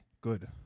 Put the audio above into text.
Good